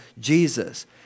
Jesus